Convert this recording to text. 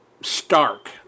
stark